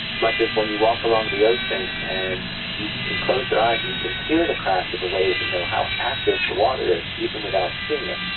much as when you walk along the ocean and you can close your eyes and you can hear the crash of the waves and know how active the water is, even without seeing it.